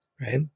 right